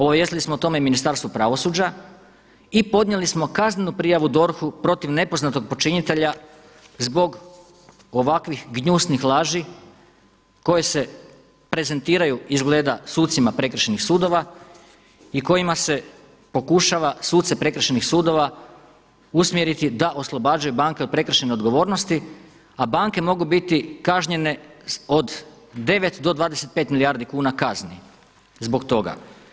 Obavijestili smo o tome Ministarstvo pravosuđa i podnijeli smo kaznenu prijavu DORH-u protiv nepoznatog počinitelja zbog ovakvih gnjusnih laži koje se prezentiraju izgleda sucima prekršajnih sudova i kojima se pokušava suce prekršajnih sudova usmjeriti da oslobađaju banke od prekršajne odgovornosti, a banke mogu biti kažnjene od 9 do 25 milijardi kuna kazni zbog toga.